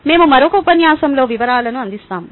మేము మరొక ఉపన్యాసంలో వివరాలను అందిస్తాము